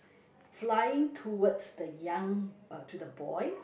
flying towards the young uh to the boy